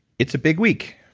it's a big week.